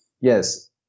yes